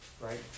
Right